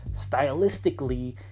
stylistically